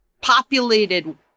populated